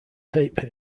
tape